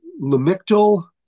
Lamictal